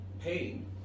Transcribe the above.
pain